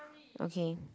okay